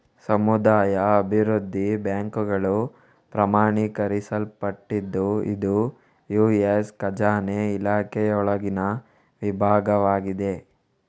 ಸಮುದಾಯ ಅಭಿವೃದ್ಧಿ ಬ್ಯಾಂಕುಗಳು ಪ್ರಮಾಣೀಕರಿಸಲ್ಪಟ್ಟಿದ್ದು ಇದು ಯು.ಎಸ್ ಖಜಾನೆ ಇಲಾಖೆಯೊಳಗಿನ ವಿಭಾಗವಾಗಿದೆ